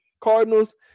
Cardinals